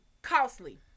Costly